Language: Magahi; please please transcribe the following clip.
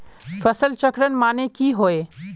फसल चक्रण माने की होय?